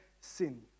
sin